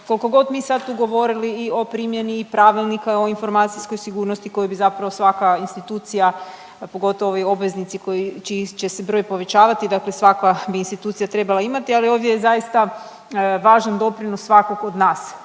koliko god mi sad tu govorili i o primjeni i pravilnika o informacijskoj sigurnosti koji bi zapravo svaka institucija, pogotovo ovi obveznici koji, čiji će se broj povećavati, dakle svaka bi institucija trebala imati, ali ovdje je zaista važan doprinos svakog od nas